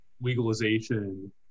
legalization